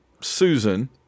Susan